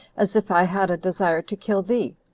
as if i had a desire to kill thee?